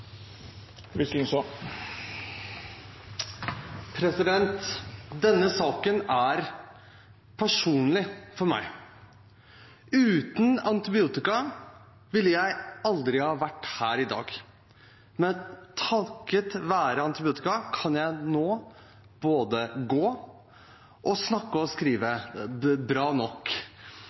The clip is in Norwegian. Denne saken er personlig for meg. Uten antibiotika ville jeg aldri ha vært her i dag. Men takket være antibiotika kan jeg nå både gå, snakke og skrive bra nok.